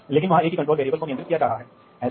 इसलिए हर कंपनी के अपने मानक होते थे